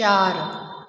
चार